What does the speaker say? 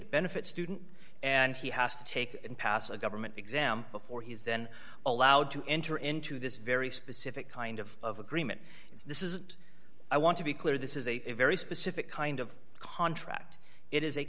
to benefit student and he has to take and pass a government exam before he is then allowed to enter into this very specific kind of agreement is this is i want to be clear this is a very specific kind of contract it is a